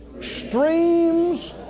streams